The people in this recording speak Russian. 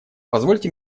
позвольте